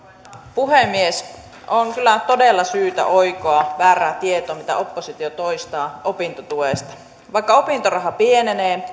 puhemies on kyllä todella syytä oikoa väärää tietoa mitä oppositio toistaa opintotuesta vaikka opintoraha pienenee